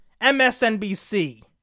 MSNBC